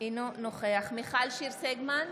אינו נוכח מיכל שיר סגמן,